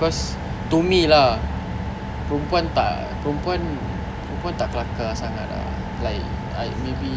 because to me lah perempuan tak perempuan perempuan tak kelakar sangat ah like like maybe